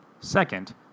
Second